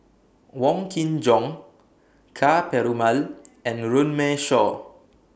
Wong Kin Jong Ka Perumal and Runme Shaw